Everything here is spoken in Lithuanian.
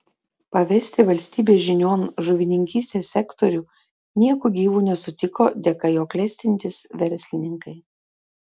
pavesti valstybės žinion žuvininkystės sektorių nieku gyvu nesutiko dėka jo klestintys verslininkai